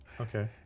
Okay